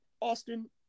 Austin